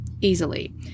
easily